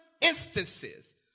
instances